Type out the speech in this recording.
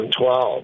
2012